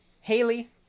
Haley